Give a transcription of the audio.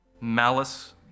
malice